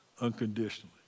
unconditionally